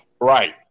Right